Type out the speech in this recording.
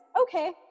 Okay